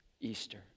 Easter